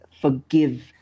Forgive